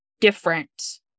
different